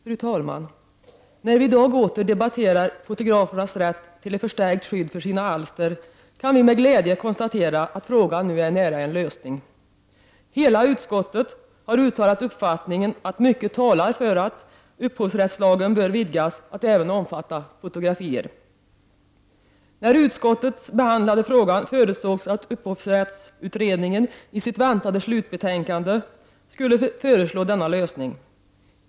Fru talman! När vi i dag åter debatterar fotografernas rätt till ett förstärkt skydd för sina alster kan vi med glädje konstatera att frågan nu är nära en lösning. Hela utskottet har uttalat uppfattningen att mycket talar för att upphovsrättslagen vidgas till att omfatta även fotografier. När utskottet behandlade frågan förutsågs att upphovsrättsutredningen i sitt väntade betänkande skulle föreslå denna lösning.